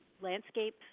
landscape